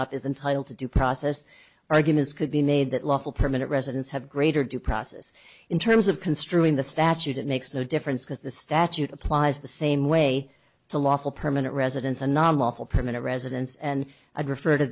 z is entitled to due process arguments could be made that lawful permanent residents have greater due process in terms of construing the statute it makes no difference because the statute applies the same way to lawful permanent residents a nominal permanent residence and i refer to